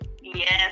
Yes